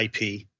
IP